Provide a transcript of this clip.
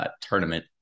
tournament